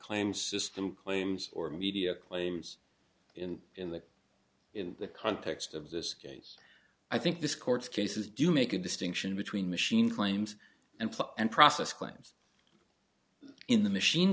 claims system claims or media claims in that in the context of this case i think this court's cases do make a distinction between machine claims and and process claims in the machine